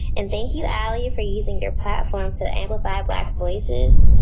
and thank you, alie, for using your platform to amplify black voices.